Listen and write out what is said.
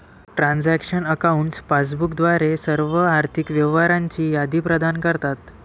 transaction accounts passbook द्वारे सर्व आर्थिक व्यवहारांची यादी प्रदान करतात